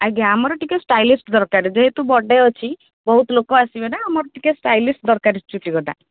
ଆମର ଟିକିଏ ଷ୍ଟାଇଲିସ୍ ଦରକାର ଯେହେତୁ ବର୍ଥଡ଼େ' ଅଛି ବହୁତ ଲୋକ ଆସିବେନା ଆମର ଟିକିଏ ଷ୍ଟାଇଲିସ୍ ଦରକାର ଚୁଟି କଟା